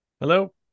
hello